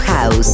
House